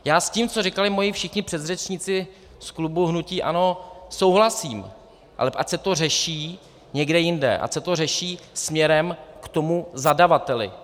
Já s tím, co říkali moji všichni předřečníci z klubu hnutí ANO, souhlasím, ale ať se to řeší někde jinde, ať se to řeší směrem k tomu zadavateli.